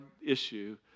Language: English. issue